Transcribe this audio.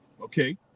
okay